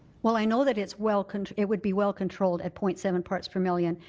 well i know that it's well kind of it would be well controlled at point seven parts per million.